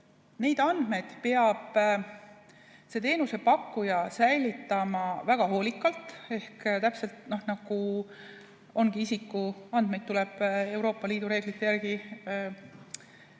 Neid andmeid peab teenusepakkuja säilitama väga hoolikalt. Täpselt nii ongi: isikuandmeid tuleb Euroopa Liidu reeglite järgi